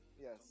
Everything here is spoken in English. yes